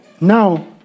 Now